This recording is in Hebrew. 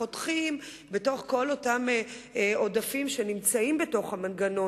חותכים בכל אותם עודפים שנמצאים במנגנון